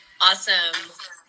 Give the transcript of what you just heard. Awesome